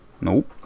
Nope